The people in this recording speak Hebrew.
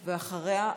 אחריה,